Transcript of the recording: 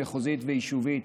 מחוזית ויישובית.